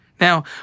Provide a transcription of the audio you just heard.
Now